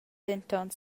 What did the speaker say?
denton